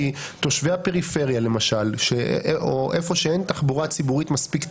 כי תושבי הפריפריה למשל או במקום שאין תחבורה ציבורית מספיק טובה,